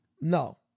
No